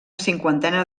cinquantena